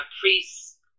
priests